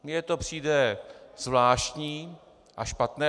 Mně to přijde zvláštní a špatné.